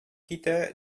китә